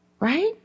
right